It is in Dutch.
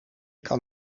kan